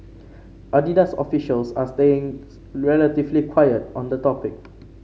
Adidas officials are staying relatively quiet on the topic